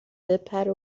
بپره